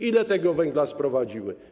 Ile tego węgla sprowadziły?